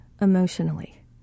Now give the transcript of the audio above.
emotionally